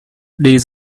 days